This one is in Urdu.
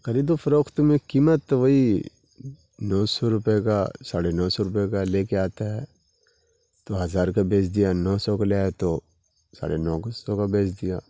خرید و فروخت میں قیمت وہی دو سو روپے کا ساڑھے نو سو روپے کا لے کے آتا ہے تو ہزار کا بیچ دیا نو سو کا لائے تو ساڑھے نو سو کا بیچ دیا